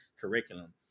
curriculum